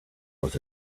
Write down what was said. was